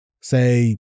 say